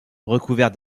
recouvert